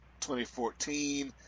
2014